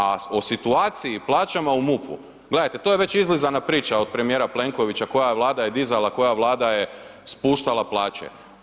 A o situaciji i plaćama u MUP-u gledajte to je već izlizana priča od premijera Plenkovića, koja vlada je dizala, koja vlada je spuštala plaće.